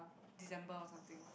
December or something